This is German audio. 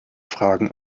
fragen